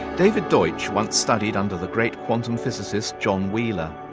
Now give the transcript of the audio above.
david deutsch once studied under the great quantum physicist john wheeler.